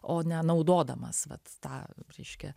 o ne naudodamas vat tą reiškia